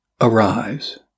arise